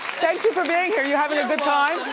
thank you for being here, are you having a good time?